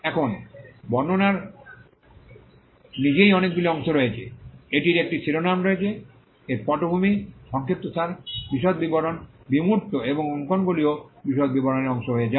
এখন বর্ণনার নিজেই অনেকগুলি অংশ রয়েছে এটির একটি শিরোনাম রয়েছে এর পটভূমি সংক্ষিপ্তসার বিশদ বিবরণ বিমূর্ত এবং অঙ্কনগুলিও বিশদ বিবরণের অংশ হয়ে যায়